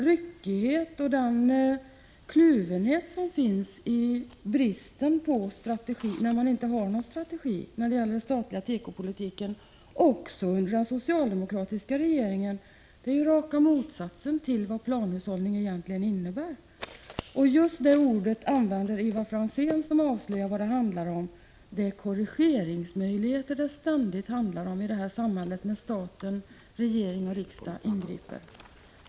Ryckigheten och kluvenheten, som uppstår genom den brist på strategi för den statliga tekopolitiken som kommit till uttryck också under den socialdemokratiska regeringen, är ju raka motsatsen till vad planhushållning egentligen innebär. Ivar Franzén använder just det ord som visar vad det handlar om, nämligen ”korrigeringsmöjligheter”. Det är vad det ständigt handlar om i det här samhället, när stat, regering och riksdag ingriper.